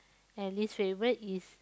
and least favourite is